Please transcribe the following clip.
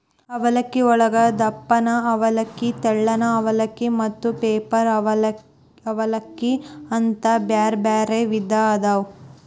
ಅವಲಕ್ಕಿಯೊಳಗ ದಪ್ಪನ ಅವಲಕ್ಕಿ, ತೆಳ್ಳನ ಅವಲಕ್ಕಿ, ಮತ್ತ ಪೇಪರ್ ಅವಲಲಕ್ಕಿ ಅಂತ ಬ್ಯಾರ್ಬ್ಯಾರೇ ವಿಧ ಅದಾವು